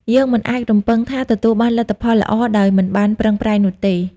យើងមិនអាចរំពឹងថាទទួលបានលទ្ធផលល្អដោយមិនបានប្រឹងប្រែងនោះទេ។